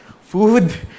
food